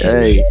Hey